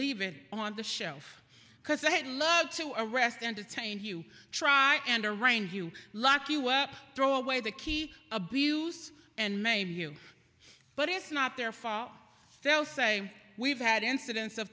leave it on the shelf because they love to arrest and detain you try and arrange you lock you up throw away the key abuse and maim you but it's not their fault they'll say we've had incidents of